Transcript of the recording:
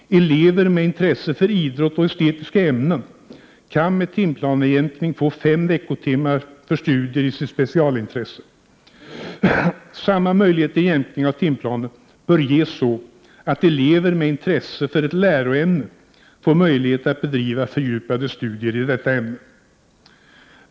Elever med intresse för idrott och estetiska ämnen kan med timplanejämkning få fem veckotimmar för studier i sitt specialintresse. Samma möjlighet till jämkning av timplanen bör ges så, att elev med intresse för ett läroämne får möjlighet att bedriva fördjupade studier i detta ämne.